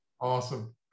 Awesome